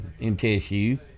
MTSU